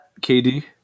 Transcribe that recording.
KD